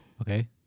Okay